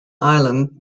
island